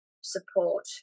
support